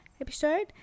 episode